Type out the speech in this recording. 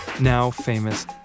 now-famous